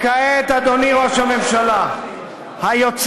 כעת, אדוני ראש הממשלה היוצא,